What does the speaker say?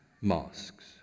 masks